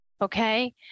Okay